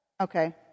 Okay